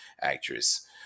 actress